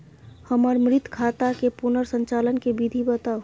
हमर मृत खाता के पुनर संचालन के विधी बताउ?